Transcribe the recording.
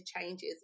changes